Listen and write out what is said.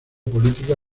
política